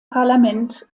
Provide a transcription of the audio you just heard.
parlament